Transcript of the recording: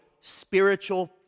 spiritual